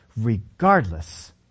regardless